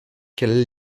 quelle